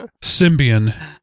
Symbian